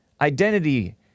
identity—